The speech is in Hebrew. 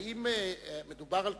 האם מדובר על קיצוץ?